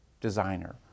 designer